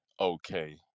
okay